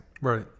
right